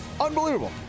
Unbelievable